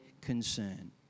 concern